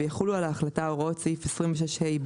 ויחולו על ההחלטה הוראות סעיף 26ה(ב)